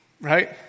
Right